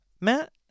Matt